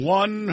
one